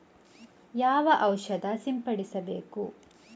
ಯಾವ ಔಷಧ ಸಿಂಪಡಿಸಬೇಕು?